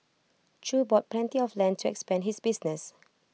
chew bought plenty of land trance Band his business